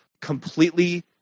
completely